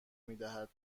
میدهد